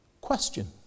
Question